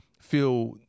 feel